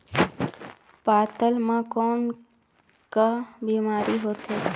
पातल म कौन का बीमारी होथे?